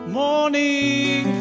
morning